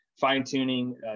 fine-tuning